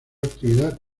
actividad